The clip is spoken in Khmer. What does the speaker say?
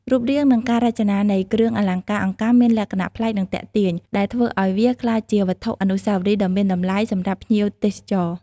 រូបរាង និងការរចនានៃគ្រឿងអលង្ការអង្កាំមានលក្ខណៈប្លែក និងទាក់ទាញ ដែលធ្វើឱ្យវាក្លាយជាវត្ថុអនុស្សាវរីយ៍ដ៏មានតម្លៃសម្រាប់ភ្ញៀវទេសចរ។